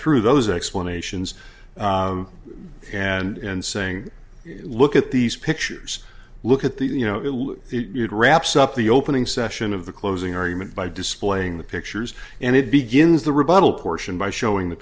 through those explanations and saying look at these pictures look at these you know it wraps up the opening session of the closing argument by displaying the pictures and it begins the rebuttal portion by showing the